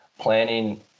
planning